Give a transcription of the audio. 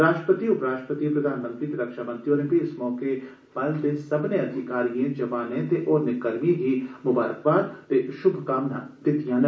राष्ट्रपति उपराष्ट्रपति प्रधानमंत्री ते रक्षा मंत्री होरें बी इस मौके बल दे सब्मने अधिकारिए जवाने ते होरने कर्मिएं गी ममारकबाद ते शुभ कामना दित्तिया न